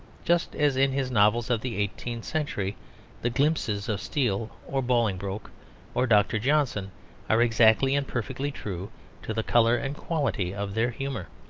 just as in his novels of the eighteenth century the glimpses of steele or bolingbroke or doctor johnson are exactly and perfectly true to the colour and quality of their humour.